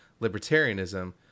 libertarianism